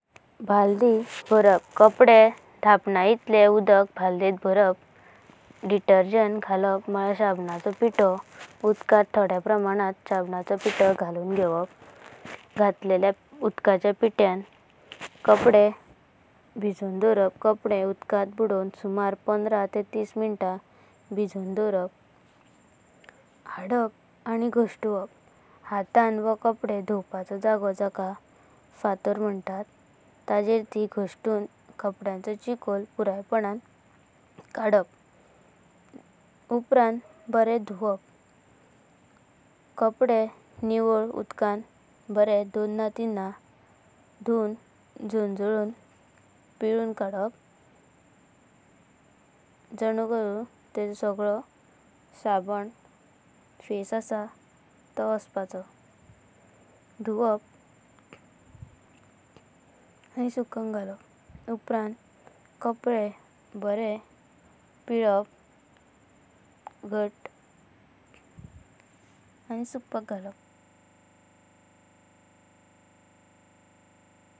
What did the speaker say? भलदि बराप कापडे धापन इतले उदक बलधेत बराप। डेटर्जेंट घालाप म्हालय साबणाचो पिटो उदकांत थोड़या प्रमाणात साबणाचो पिटो घालूना घेवाप। घाटलेलेया उदकाचेया पित्यां कापडे भिजन दवोराप। कापडे उदकांत बुडोन सुमार पांदरां ते तिसा मिन्ता भिजन दवोराप। हडपा आनि गश्तुवाप, हातां वा कापडे दुवापाचो जागो जंका फाँतर मनता। ताजेर ते गश्तूना कापड्यानाचो चिकोल पूर्यापणा कड़पा। उपरांत बारें दुवाप, कापडे निबाल उदकांत बारें दोन तिनां दुवां झंझाळों पिलूना कड़पा। जनू करून ताजो सगलों साबण फेसा आसा तो वासपाचो। धूवाप आनि सुकोंगा घालप। उपरांत कापडे बारें पीलाप घट्ट आनि सुकपाक घालाप।